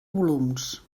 volums